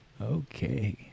Okay